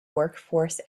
workforce